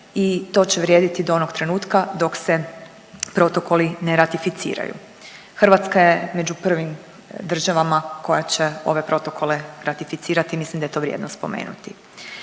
i to će vrijediti do onog trenutka dok se protokoli ne ratificiraju. Hrvatska je među prvim državama koja će ove protokole ratificirati, mislim da je vrijedno spomenuti.